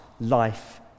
life